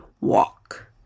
walk